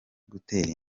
gutera